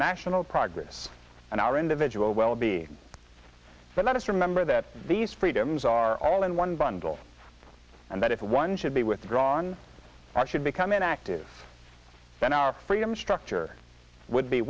national progress and our individual wellbeing but let us remember that these freedoms are all in one bundle and that if one should be withdrawn actually become inactive then our freedom structure would be